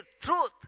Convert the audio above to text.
truth